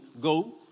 go